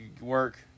work